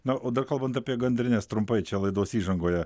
na o dar kalbant apie gandrines trumpai čia laidos įžangoje